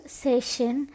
session